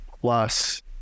plus